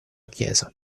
chiesa